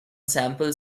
sample